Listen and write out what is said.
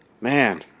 Man